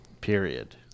Period